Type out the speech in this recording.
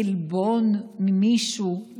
עלבון ממישהו,